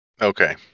Okay